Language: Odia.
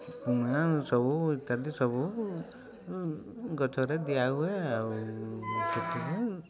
ସବୁ ଇତ୍ୟାଦି ସବୁ ଗଛରେ ଦିଆ ହୁଏ ଆଉ ସେଥିରୁ